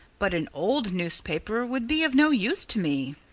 but an old newspaper would be of no use to me.